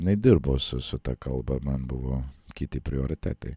nedirbo su su ta kalba man buvo kiti prioritetai